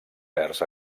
verds